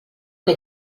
que